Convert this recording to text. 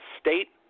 State